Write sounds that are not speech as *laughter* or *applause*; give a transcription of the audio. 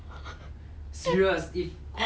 *laughs*